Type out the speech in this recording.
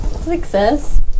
Success